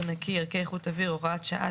נקי (ערכי איכות אוויר) (הוראת שעה),